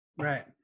right